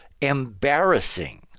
embarrassing